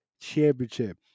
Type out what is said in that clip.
Championship